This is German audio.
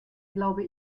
glaube